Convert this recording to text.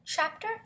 Chapter